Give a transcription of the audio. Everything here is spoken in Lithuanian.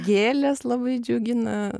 gėlės labai džiugina